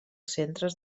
centres